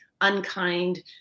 unkind